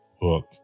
book